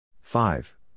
five